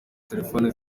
telefone